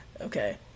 okay